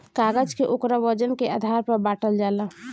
कागज के ओकरा वजन के आधार पर बाटल जाला